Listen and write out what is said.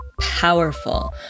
Powerful